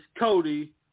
Cody